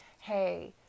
Hey